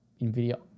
NVIDIA